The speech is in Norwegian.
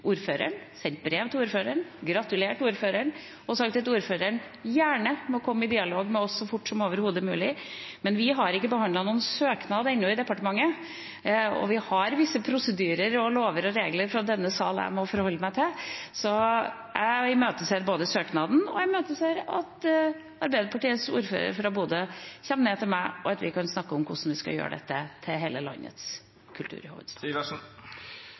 ordføreren, sendt brev til ordføreren, gratulert ordføreren og sagt at ordføreren gjerne må komme i dialog med oss så fort som overhodet mulig, men vi har ennå ikke behandlet noen søknad i departementet, og vi har visse prosedyrer, lover og regler fra denne sal å forholde oss til. Jeg imøteser både søknaden og at Arbeiderpartiets ordfører fra Bodø kommer ned til meg, og at vi kan snakke om hvordan vi skal gjøre Bodø til hele landets